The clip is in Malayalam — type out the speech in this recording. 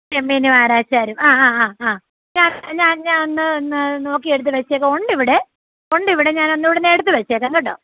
ചെമ്മീനു ആരാച്ചാരും ആ ആ ആ ഞാൻ ഞാൻ ഒന്ന് ഒന്ന് നോക്കിയെടുത്ത് വച്ചേക്കാം ഉണ്ടിവിടെ ഉണ്ടിവിടെ ഞാനൊന്ന് ഇവിടെന്ന് എടുത്ത് വെച്ചേക്കാം കേട്ടോ